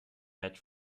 head